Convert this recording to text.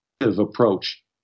approach